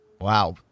Wow